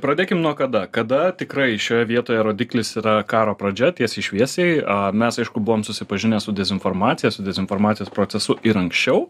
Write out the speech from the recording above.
pradėkime nuo kada kada tikrai šioje vietoje rodiklis yra karo pradžia tiesiai šviesiai a mes aišku buvom susipažinę su dezinformacijasu dezinformacijos procesu ir anksčiau